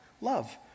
love